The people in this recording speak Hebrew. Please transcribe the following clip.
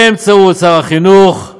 באמצעות שר החינוך,